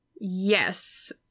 Yes